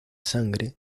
sangre